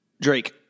Drake